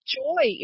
joy